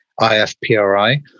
IFPRI